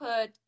put